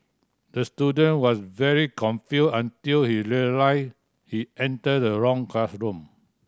the student was very confused until he realised he entered the wrong classroom